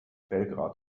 belgrad